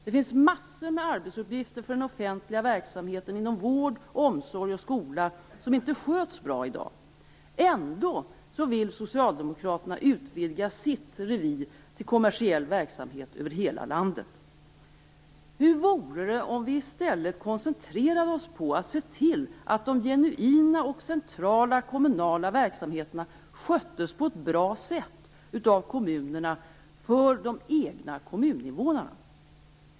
Det finns massor med arbetsuppgifter för den offentliga verksamheten inom vård, omsorg och skola som inte sköts bra i dag. Ändå vill socialdemokraterna utvidga sitt revir till kommersiell verksamhet över hela landet. Hur vore det om vi i stället koncentrerade oss på att se till att de genuina och centrala kommunala verksamheterna sköttes på ett bra sätt av kommunerna för de egna kommuninvånarna?